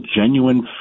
genuine